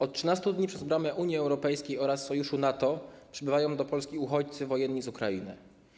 Od 13 dni przez bramę Unii Europejskiej oraz sojuszu NATO przybywają do Polski uchodźcy wojenni z Ukrainy.